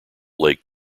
lake